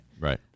Right